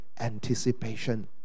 anticipation